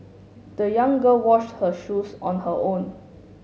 the young girl washed her shoes on her own